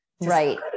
Right